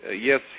Yes